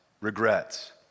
regrets